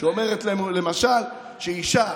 שאומרת למשל שאישה